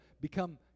become